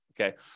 okay